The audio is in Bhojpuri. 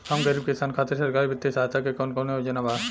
हम गरीब किसान खातिर सरकारी बितिय सहायता के कवन कवन योजना बा?